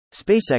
SpaceX